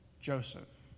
Joseph